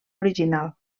original